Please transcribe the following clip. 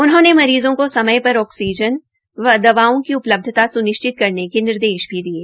उन्होंने मरीज़ों को समय पर आक्सीजन व दवाओं की उपलब्धता स्निश्चित करने के निर्देश भी दिये